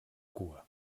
cua